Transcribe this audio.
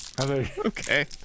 Okay